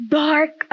dark